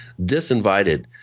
disinvited